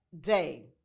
day